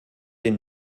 den